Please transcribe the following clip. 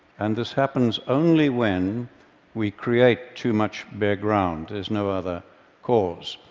and this happens only when we create too much bare ground. there's no other cause.